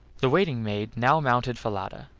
the waiting-maid now mounted falada,